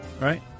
right